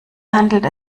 handelt